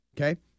okay